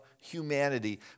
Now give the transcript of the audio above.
humanity